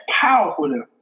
powerful